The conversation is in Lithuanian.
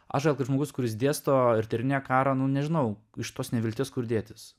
aš esu žmogus kuris dėsto ir tyrinėja karą nu nežinau iš tos nevilties kur dėtis